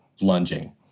lunging